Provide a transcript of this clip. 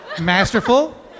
masterful